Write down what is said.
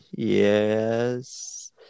Yes